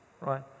right